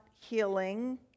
healing